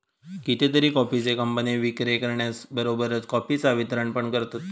कितीतरी कॉफीचे कंपने विक्री करण्याबरोबरच कॉफीचा वितरण पण करतत